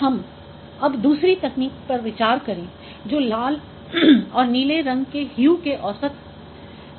अब हम दूसरी तकनीक पर विचार करें जो लाल और नीले रंग के ह्यू के औसत लेकर करना है